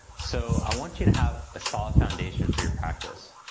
so i want you to have a solid foundation for your practice.